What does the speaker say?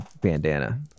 bandana